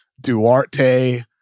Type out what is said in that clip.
Duarte